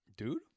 Dude